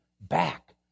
back